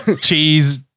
cheese